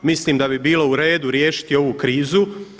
Mislim da bi bilo u redu riješiti ovu krizu.